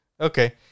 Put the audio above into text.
Okay